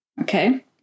Okay